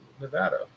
Nevada